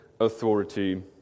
authority